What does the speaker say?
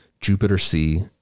Jupiter-C